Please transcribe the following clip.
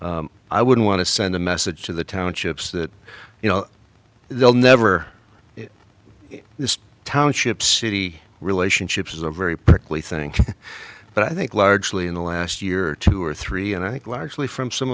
i would want to send a message to the townships that you know they'll never this township city relationships is a very prickly thing but i think largely in the last year or two or three and i think largely from some